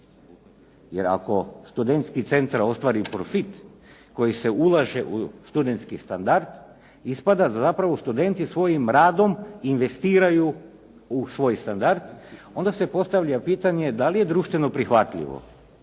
jer ako Studentski centar ostvari profit koji se ulaže u studentski standard ispada da zapravo studenti svojim radom investiraju u svoj standard. Onda se postavlja pitanje da li je društveno prihvatljivo,